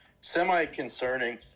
semi-concerning